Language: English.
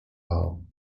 aisle